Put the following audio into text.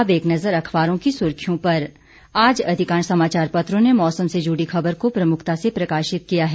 अब एक नजर अखबारों की सुर्खियों पर आज अधिकांश समाचार पत्रों ने मौसम से जुड़ी खबर को प्रमुखता से प्रकाशित किया है